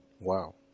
wow